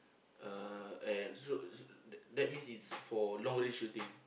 uh and so so that that means it's for long range shooting